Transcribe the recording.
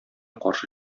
каршы